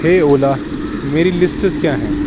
ہے اولا میری لسٹس کیا ہیں